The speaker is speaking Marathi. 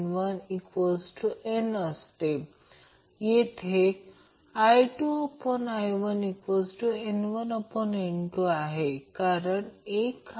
तर यापुढे हे एक R मिळाले नंतर रेझोनन्स सर्किटची इंपीडन्स असा आहे की रेझोनन्स XLXC म्हणून Z R हे 56